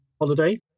holiday